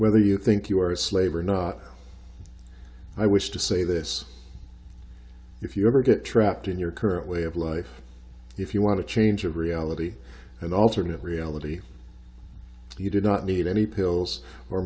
whether you think you are a slave or not i wish to say this if you ever get trapped in your current way of life if you want to change your reality and alternate reality you do not need any pills or